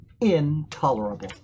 intolerable